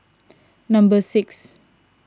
number six